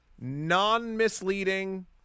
non-misleading